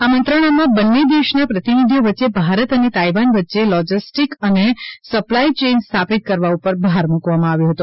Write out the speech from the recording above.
આ મંત્રણા માં બંને દેશના પ્રતિનિધિઓ વચ્ચે ભારત અને તાઇવાન વચ્ચે લોજિસ્ટિક અને સપ્લાય ચેઇન સ્થાપિત કરવા ઉપર ભાર મૂકવામાં આવ્યો હતો